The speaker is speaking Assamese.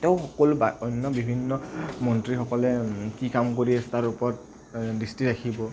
তেওঁ অন্য বিভিন্ন মন্ত্ৰীসকলে কি কাম কৰি আছে তাৰ ওপৰত দৃষ্টি ৰাখিব